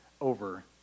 over